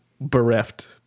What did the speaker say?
bereft